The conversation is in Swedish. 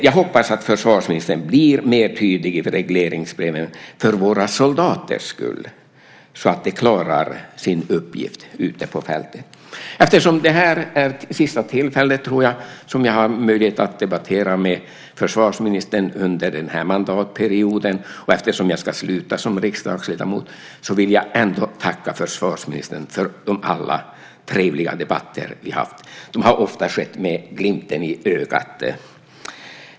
Jag hoppas att försvarsministern blir mer tydlig i regleringsbreven för våra soldaters skull, så att de klarar sin uppgift ute på fältet. Eftersom jag tror att det här är det sista tillfället då jag har möjlighet att debattera med försvarsministern under den här mandatperioden och eftersom jag ska sluta som riksdagsledamot vill jag tacka försvarsministern för alla trevliga debatter vi haft. De har ofta skett med glimten i ögat.